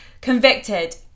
convicted